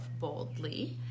Boldly